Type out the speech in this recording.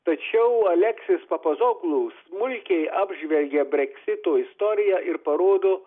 tačiau aleksejus papazoglu smulkiai apžvelgia breksito istoriją ir parodo